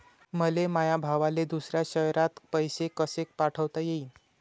मले माया भावाले दुसऱ्या शयरात पैसे कसे पाठवता येईन?